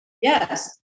Yes